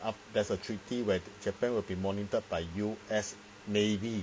aft~ there's a treaty where japan will be monitored by U_S navy